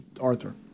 Arthur